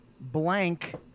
blank